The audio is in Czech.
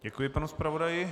Děkuji panu zpravodaji.